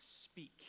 speak